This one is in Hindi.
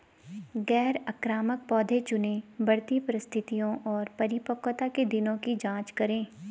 गैर आक्रामक पौधे चुनें, बढ़ती परिस्थितियों और परिपक्वता के दिनों की जाँच करें